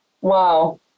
Wow